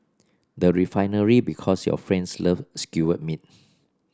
the Refinery Because your friends love skewered meat